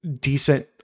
decent